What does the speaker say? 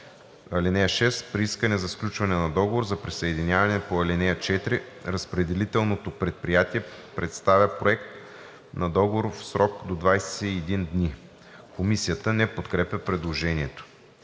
„(6) При искане за сключване на договор за присъединяване по ал. 4 разпределителното предприятие представя проект на договор в срок до 21 дни.“ Комисията не подкрепя предложението.